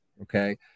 Okay